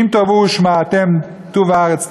אם תאבו ושמעתם טוב הארץ תאכלו,